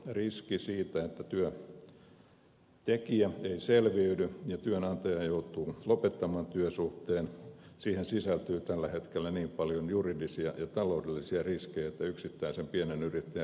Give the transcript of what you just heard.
se riski että työntekijä ei selviydy ja työnantaja joutuu lopettamaan työsuhteen on tällä hetkellä juridisesti ja taloudellisesti niin suuri että yksittäisen pienen yrittäjän riskinkantokyky ei työvoiman palkkaamiseen yllä